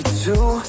two